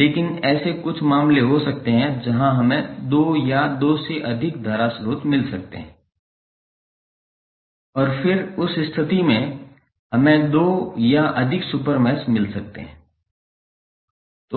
लेकिन ऐसे कुछ मामले हो सकते हैं जहां हमें दो या दो से अधिक धारा स्रोत मिल सकते हैं और फिर उस स्थिति में हमें दो या अधिक सुपर मैश मिल सकते हैं